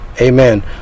Amen